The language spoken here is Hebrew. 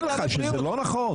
אני אומר לך שזה לא נכון.